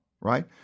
right